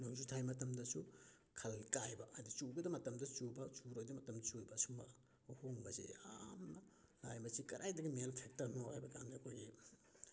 ꯅꯣꯡꯖꯨ ꯊꯥꯒꯤ ꯃꯇꯝꯗꯁꯨ ꯈꯜ ꯀꯥꯏꯕ ꯍꯥꯏꯗꯤ ꯆꯨꯒꯗꯕ ꯃꯇꯝꯗ ꯆꯨꯕ ꯆꯨꯔꯣꯏꯗꯕ ꯃꯇꯝꯗ ꯆꯨꯕ ꯁꯨꯝꯕ ꯑꯍꯣꯡꯕꯁꯦ ꯌꯥꯝꯅ ꯂꯥꯛꯏꯕꯁꯦ ꯀꯗꯥꯏꯗꯒꯤ ꯃꯦꯟ ꯐꯦꯛꯇꯔꯅꯣ ꯍꯥꯏꯕ ꯀꯥꯟꯗ ꯑꯩꯈꯣꯏꯒꯤ